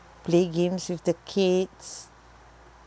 play games with the kids